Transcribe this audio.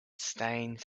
stains